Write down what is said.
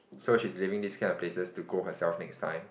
so she's leaving these kind of places to go herself next time